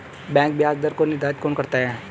Bank ब्याज दर को निर्धारित कौन करता है?